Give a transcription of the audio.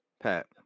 Pat